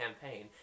campaign